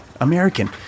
American